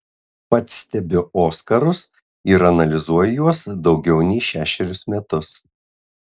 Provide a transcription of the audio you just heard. pats stebiu oskarus ir analizuoju juos daugiau nei šešerius metus